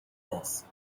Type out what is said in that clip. this